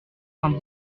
vingt